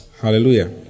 Hallelujah